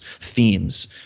themes